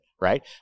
right